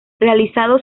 realizado